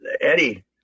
Eddie